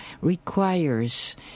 requires